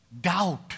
doubt